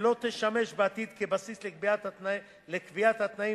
ולא תשמש בעתיד בסיס לקביעת התנאים